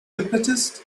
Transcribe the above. hypnotist